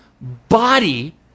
body